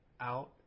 out